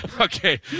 Okay